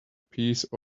piece